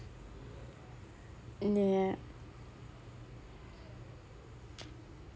mm ya